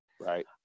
right